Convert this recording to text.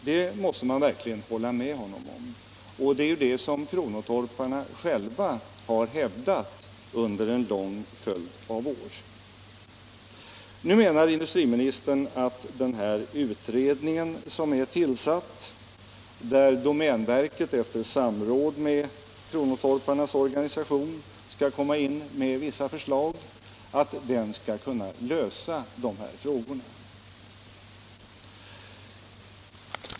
Det måste man hålla med herr Åsling om. Och det är ju det som kronotorparna själva har hävdat under en lång följd av år. Nu menar industriministern att den arbetsgrupp som är tillsatt inom domänverket, och som efter samråd med kronotorparnas organisation skall komma in med vissa förslag, skall kunna lösa de här frågorna.